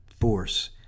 force